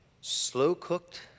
slow-cooked